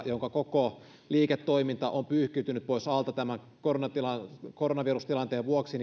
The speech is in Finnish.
jonka koko liiketoiminta on pyyhkiytynyt pois alta tämän koronavirustilanteen vuoksi